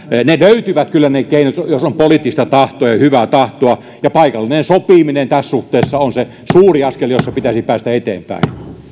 ne keinot löytyvät kyllä jos on poliittista tahtoa ja hyvää tahtoa ja paikallinen sopiminen tässä suhteessa on se suuri askel jossa pitäisi päästä eteenpäin